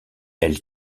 elle